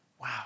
wow